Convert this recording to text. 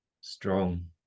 Strong